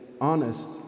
honest